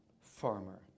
farmer